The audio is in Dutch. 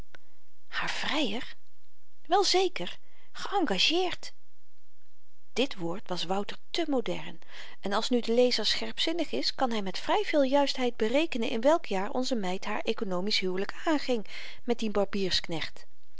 haar vryer wel zeker geëngageerd dit woord was wouter te modern en als nu de lezer scherpzinnig is kan hy met vry veel juistheid berekenen in welk jaar onze meid haar ekonomisch huwelyk aanging met den